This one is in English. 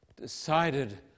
decided